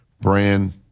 brand